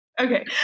Okay